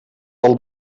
del